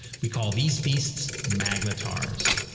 we call these beasts magnetars.